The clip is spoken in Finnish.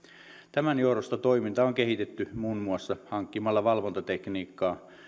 tämän johdosta toimintaa on kehitetty muun muassa hankkimalla valvontatekniikkaa